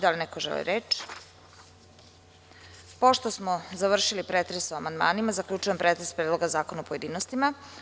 Da li neko želi reč? (Ne) Pošto smo završili pretres o amandmanima, zaključujem pretres Predloga zakona u pojedinostima.